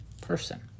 person